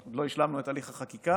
עוד לא השלמנו את הליך החקיקה,